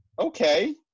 Okay